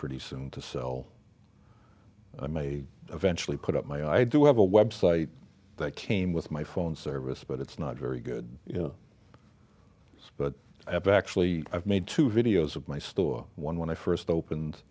pretty soon to sell i may eventually put up my i do have a website that came with my phone service but it's not very good you know but i have actually i've made two videos of my store one when i first opened